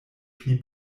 pli